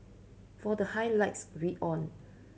for the highlights read on